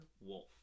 Wolf